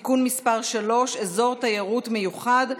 (תיקון מס' 3) (אזור תיירות מיוחד,